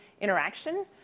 interaction